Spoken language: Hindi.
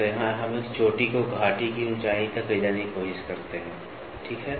तो यहाँ हम एक चोटी को घाटी की ऊँचाई तक ले जाने की कोशिश करते हैं ठीक है